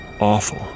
awful